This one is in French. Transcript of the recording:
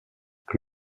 que